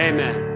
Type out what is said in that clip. Amen